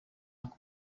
uncle